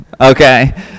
okay